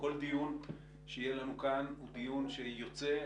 כל דיון שיהיה לנו כאן הוא דיון שיוצא,